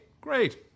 great